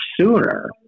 sooner